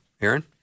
Aaron